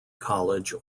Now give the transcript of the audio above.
college